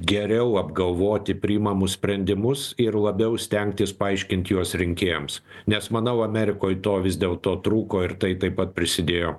geriau apgalvoti priimamus sprendimus ir labiau stengtis paaiškint juos rinkėjams nes manau amerikoj to vis dėlto trūko ir tai taip pat prisidėjo